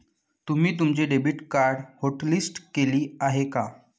तुम्ही तुमचे debit card hotlist केले आहे का?